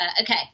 Okay